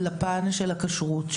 לפן של הכשרות.